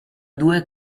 due